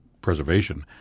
preservation